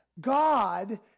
God